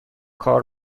کار